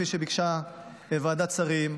כפי שביקשה ועדת שרים.